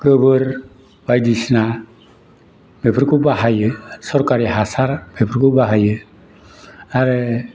गोबोर बायदिसिना बेफोरखौ बाहायो सोरकारि हासार बेफोरखौ बाहायो आरो